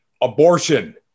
abortion